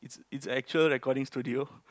is actual recording studio